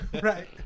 Right